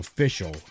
official